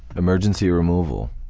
emergency removal,